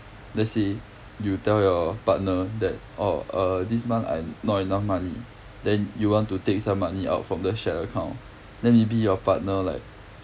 let's say you tell your partner that orh uh this month I not enough money then you want to take some money out from the shared account then maybe your partner like